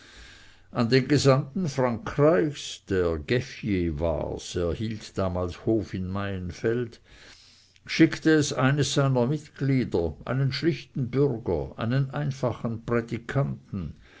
an den gesandten frankreichs der gueffier war's er hielt damals hof in maienfeld schickte es eines seiner mitglieder einen schlichten bürger einen einfachen prädikanten